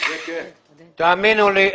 תאמינו לי,